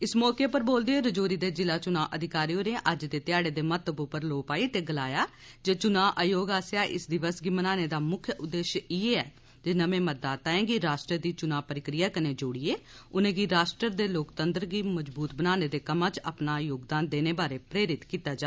इस मौके उप्पर बोलदे होई राजौरी दे जिला चुना अधिकारी होरें अज्ज दे ध्याढ़े दे महत्व उप्पर लोऽ पाई ते गलाया जे चुना आयोग आस्सेआ इस दिवस गी मनाने दा मुक्ख उद्देश्य इयै ऐ जे नमें मतदाताएं गी राष्ट्र दी चुनाऽ प्रक्रिया कन्नै जोडिये उनेंगी राष्ट्र दे लोकतंत्र गी मजबूत बनाने दे कम्म च अपना योगदान देने बारै प्रेरित कीता जा